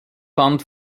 fand